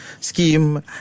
scheme